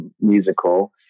Musical